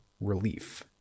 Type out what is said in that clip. Relief